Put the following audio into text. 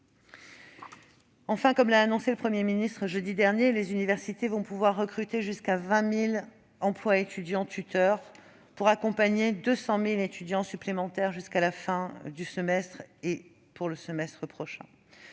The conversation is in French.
comme l'a annoncé le Premier ministre jeudi dernier, les universités pourront recruter jusqu'à 20 000 tuteurs étudiants, pour accompagner 200 000 étudiants supplémentaires jusqu'à la fin de ce semestre et lors du semestre suivant.